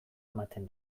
ematen